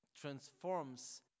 transforms